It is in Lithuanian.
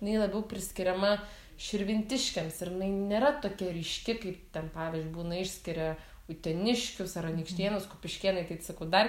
jinai labiau priskiriama širvintiškiams ir jinai nėra tokia ryški kaip ten pavyzdžiui būna išskiria uteniškius ar anykštėnus kupiškėnai tai sakau dar